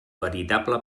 veritable